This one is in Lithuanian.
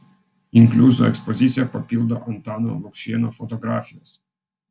inkliuzų ekspoziciją papildo antano lukšėno fotografijos